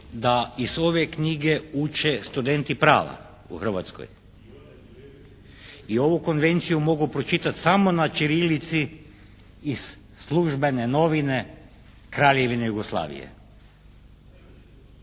da iz ove knjige uče studenti prava u Hrvatskoj. I ovu konvenciju mogu pročitati samo na čirilici iz službene novine Kraljevine Jugoslavije.